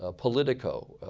ah politico,